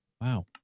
Wow